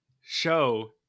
show